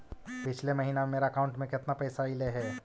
पिछले महिना में मेरा अकाउंट में केतना पैसा अइलेय हे?